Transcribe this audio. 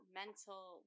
mental